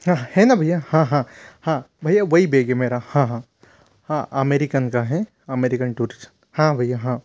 हाँ है ना भईया हाँ हाँ हाँ भईया वही बेग है मेरा हाँ हाँ हाँ अमेरिकन का है अमेरिकन टूरिस्ट हाँ भईया हाँ